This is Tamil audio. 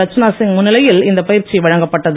ரச்சனா சிங் முன்னிலையில் இந்த பயிற்சி வழங்கப்பட்டது